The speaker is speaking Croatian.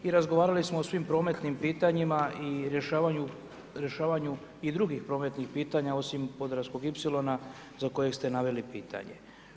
I razgovarali smo o svim prometnim pitanjima i rješavanju i drugih prometnih pitanja, osim podravskog ipsilona za kojeg ste naveli pitanje.